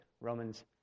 Romans